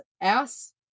ass